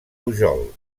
pujol